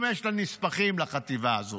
אם יש לה נספחים לחטיבה הזאת,